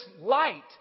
light